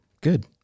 Good